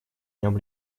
нем